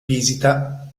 visita